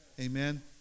Amen